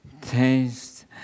taste